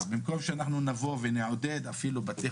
אז במקום שאנחנו נבוא ונעודד אפילו בתי